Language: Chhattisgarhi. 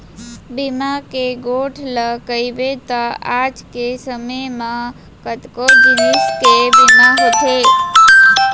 बीमा के गोठ ल कइबे त आज के समे म कतको जिनिस के बीमा होथे